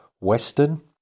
western